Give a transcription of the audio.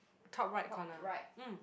top right corner mm